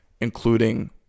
including